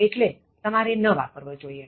એથી તમારે એ વાપરવો ન જોઇએ